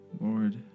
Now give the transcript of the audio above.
Lord